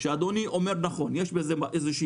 כשאדוני אומר שזה נכון ויש עם זה בעיה,